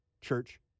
Church